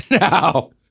No